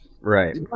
Right